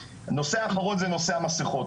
נושא אחרון זה נושא המסכות,